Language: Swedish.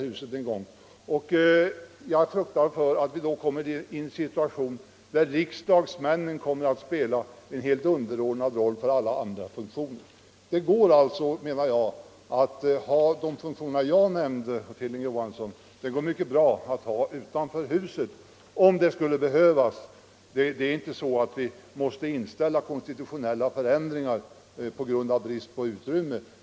Vi hamnar i en situation, där riksdagsmännen kommer att spela en helt underordnad roll jämfört med alla andra funktioner. Det går mycket bra, Hilding Johansson, att ha de funktioner som jag talade om utanför huset, om det skulle behövas. Vi måste inte inställa konstitutionella förändringar genom brist på utrymme.